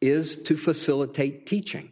is to facilitate teaching